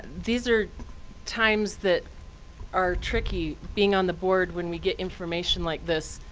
these are times that are tricky, being on the board when we get information like this.